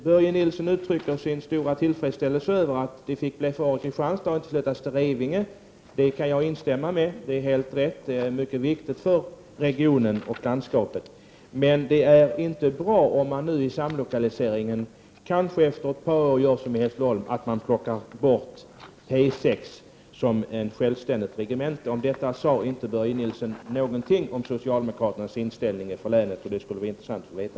Börje Nilsson uttryckte sin stora tillfredsställelse över att regementet får 9 vara kvar i Kristianstad och inte flyttas till Revinge. Det kan jag instämma i. Det är helt rätt, och det är mycket viktigt för regionen och landskapet. Men det är inte bra om man vid samlokaliseringen efter ett par år gör som man gjorde i Hässleholm, dvs. plockar bort P6 som ett självständigt regemente. Börje Nilsson sade inte något om vilken inställning socialdemokraterna i länet har i denna fråga. Det skulle vara intressant att få veta.